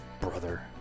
brother